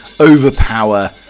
overpower